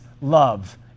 love